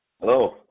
Hello